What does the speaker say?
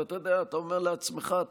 ואתה אומר לעצמך: